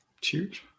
Cheers